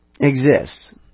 exists